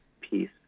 peace